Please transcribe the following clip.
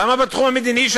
למה בתחום המדיני,